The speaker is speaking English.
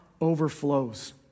overflows